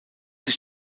sich